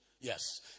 Yes